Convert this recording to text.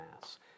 Mass